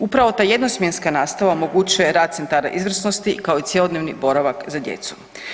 Upravo ta jednosmjenska nastava omogućuje rad centara izvrsnosti kao i cjelodnevni boravak za djecu.